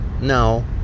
No